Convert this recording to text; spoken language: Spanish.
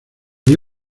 dio